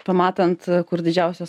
pamatant kur didžiausios